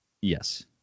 yes